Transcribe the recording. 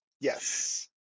Yes